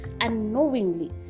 Unknowingly